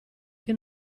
che